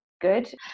good